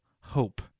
hope